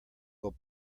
will